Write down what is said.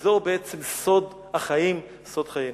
וזה בעצם סוד החיים, סוד חיינו.